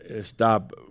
stop